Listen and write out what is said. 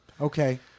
okay